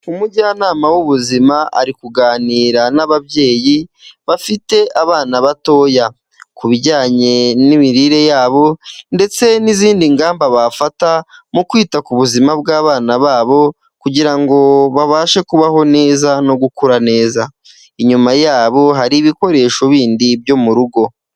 Umujyanama w'ubuzima ari kuganira n'ababyeyi bafite abana batoya ku bijyanye n'imirire yabo ndetse n'izindi ngamba bafata mu kwita ku buzima bw'abana babo kugira ngo babashe kubaho neza no gukura neza, inyuma yabo hari ibikoresho bindi byo mu rugo.